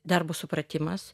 darbo supratimas